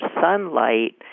sunlight